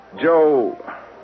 Joe